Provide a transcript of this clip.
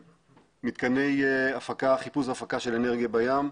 מתקני חיפוש והפקה של אנרגיה בים,